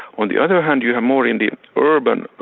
on the other hand you have more in the urban,